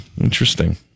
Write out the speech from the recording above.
Interesting